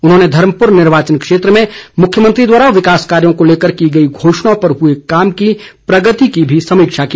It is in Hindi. उन्होंने धर्मपुर निर्वाचन क्षेत्र में मुख्यमंत्री द्वारा विकास कार्यों को लेकर की गई घोषणाओं पर हुए काम की प्रगति की भी समीक्षा की